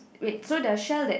wait so does shell that